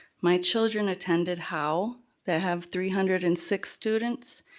my children attended how, that have three hundred and six students,